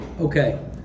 Okay